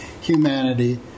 humanity